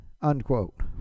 unquote